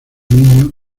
niño